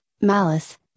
malice